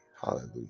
Hallelujah